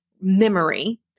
memory